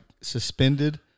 suspended